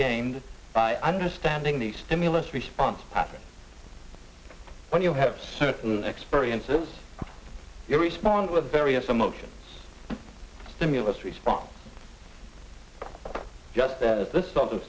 gained by understanding the stimulus response pattern when you have certain experiences you respond with various emotions stimulus response just this